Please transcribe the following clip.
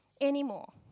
anymore